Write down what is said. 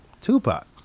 Tupac